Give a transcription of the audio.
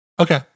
Okay